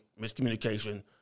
miscommunication